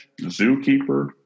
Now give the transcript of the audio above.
Zookeeper